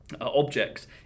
objects